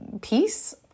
peace